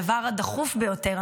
הדבר הדחוף ביותר,